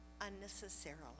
unnecessarily